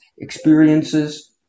experiences